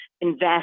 invest